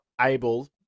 able